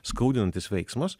skaudinantis veiksmas